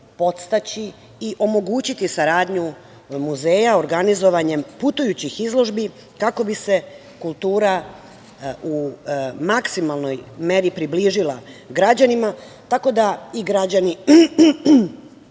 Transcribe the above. i omogućiti saradnju muzeja organizovanjem putujućih izložbi kako bi se kultura u maksimalnoj meri približila građanima, tako da i građani